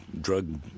drug